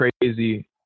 crazy